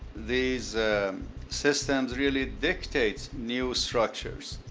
these systems really dictate new structures